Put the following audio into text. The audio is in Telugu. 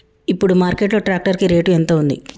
ఇప్పుడు మార్కెట్ లో ట్రాక్టర్ కి రేటు ఎంత ఉంది?